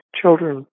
children